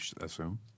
assume